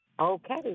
Okay